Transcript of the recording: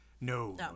No